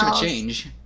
change